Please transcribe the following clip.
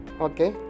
Okay